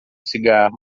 cigarro